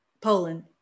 Poland